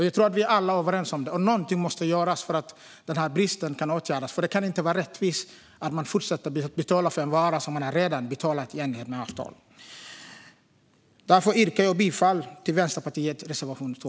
Jag tror att vi alla är överens om det, och någonting måste göras för att åtgärda bristen. Det kan nämligen inte vara rättvist att man fortsätter att betala för en vara som man redan har betalat enligt avtal. Jag yrkar därför bifall till Vänsterpartiets reservation 2.